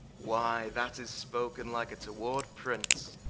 why that is spoken like a toward prince.